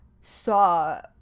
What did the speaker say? saw